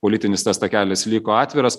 politinis tas takelis liko atviras